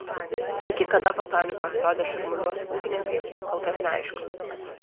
iki kada botanikos sode šurmuliuos ūkininkai kol kas neaišku